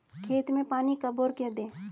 खेत में पानी कब और क्यों दें?